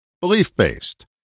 belief-based